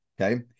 Okay